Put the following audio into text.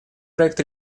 проект